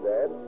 Dad